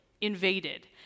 invaded